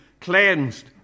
cleansed